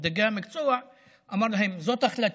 הוא אף קרא לדרגי המקצוע ואמר להם: זאת החלטתי,